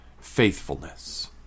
faithfulness